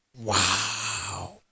Wow